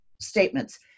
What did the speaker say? statements